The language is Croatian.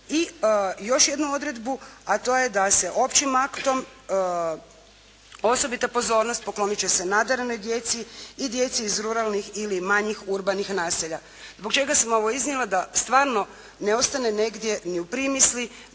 I još jednu odredbu, a to je da se općim aktom osobita pozornost poklonit će se nadarenoj djeci i djeci iz ruralnih ili manjih urbanih naselja. Zbog čega sam ovo iznijela? Da stvarno ne ostane negdje ni u primisli